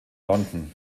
london